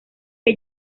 que